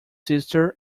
sister